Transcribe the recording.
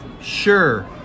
Sure